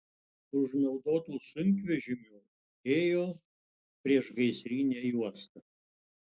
už naudotų sunkvežimių ėjo priešgaisrinė juosta